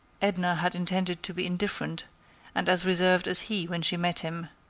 edna had intended to be indifferent and as reserved as he when she met him